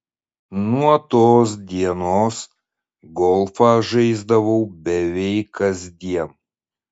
nuo tos dienos golfą žaisdavau beveik kasdien